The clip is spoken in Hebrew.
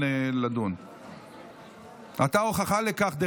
בעד, 35,